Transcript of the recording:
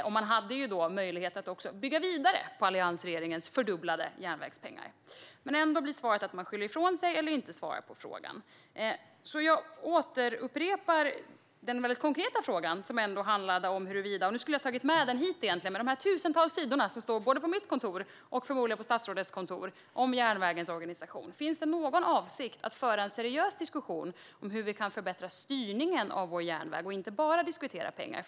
Den hade möjlighet att bygga vidare på alliansregeringens fördubblade järnvägspengar. Men ändå blir svaret att man skyller ifrån sig eller inte svarar på frågan. Jag återupprepar den väldigt konkreta frågan. Jag skulle egentligen ha tagit med mig utredningen hit. De tusentals sidorna om järnvägens organisation finns både på mitt kontor och förmodligen på statsrådets kontor. Finns det någon avsikt att föra en seriös diskussion om hur vi kan förbättra styrningen av vår järnväg och inte bara diskutera pengar?